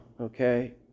Okay